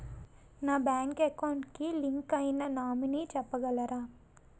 నా bank account కి link అయినా నామినీ చెప్పగలరా?